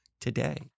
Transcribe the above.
today